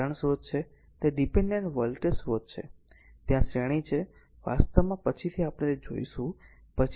તેથી તે કરંટ સ્રોત છે તે ડીપેનડેન્ટ વોલ્ટેજ સ્રોત છે ત્યાં શ્રેણી છે વાસ્તવમાં પછીથી આપણે તે જોઈશું